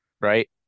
Right